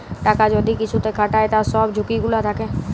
টাকা যদি কিসুতে খাটায় তার সব ঝুকি গুলা থাক্যে